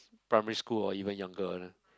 primary school or even younger